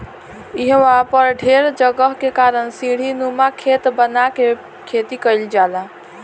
इहवा पर ढेर जगह के कारण सीढ़ीनुमा खेत बना के खेती कईल जाला